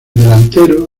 delantero